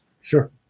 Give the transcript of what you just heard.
Sure